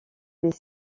des